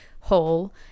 hole